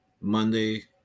Monday